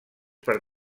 per